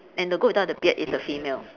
and the goat without the beard is a female